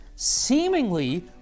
seemingly